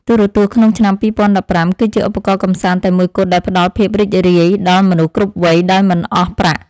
ទូរទស្សន៍ក្នុងឆ្នាំ ២០១៥ គឺជាឧបករណ៍កម្សាន្តតែមួយគត់ដែលផ្តល់ភាពរីករាយដល់មនុស្សគ្រប់វ័យដោយមិនអស់ប្រាក់។